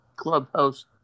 clubhouse